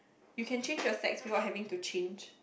you can change your sex to what you having to change